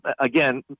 again